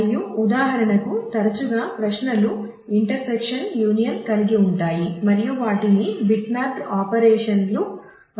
మరియు ఉదాహరణకు తరచుగా ప్రశ్నలు ఇంటర్సెక్షన్ పరంగా లెక్కించవచ్చు